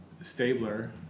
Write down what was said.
Stabler